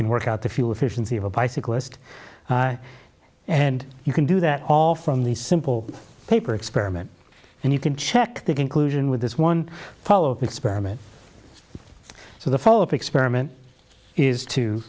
can work out the fuel efficiency of a bicyclist and you can do that all from the simple paper experiment and you can check the conclusion with this one follow up experiment so the follow up experiment is to